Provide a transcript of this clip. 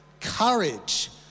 courage